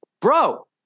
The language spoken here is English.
bro